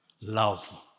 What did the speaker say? Love